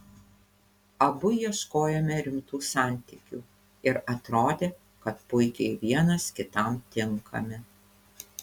abu ieškojome rimtų santykių ir atrodė kad puikiai vienas kitam tinkame